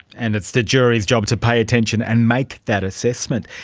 and it's the jury's job to pay attention and make that assessment.